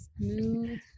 smooth